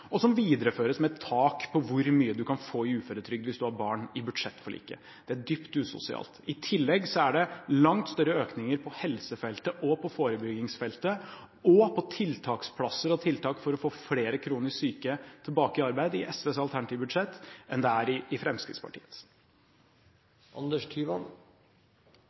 og som videreføres i budsjettforliket, med tak på hvor mye du kan få i uføretrygd hvis du har barn. Det er dypt usosialt. I tillegg er det langt større økninger på helsefeltet, på forebyggingsfeltet, på tiltaksplasser og tiltak for å få flere kronisk syke tilbake i arbeid i SVs alternative budsjett enn det er i Fremskrittspartiets.